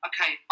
Okay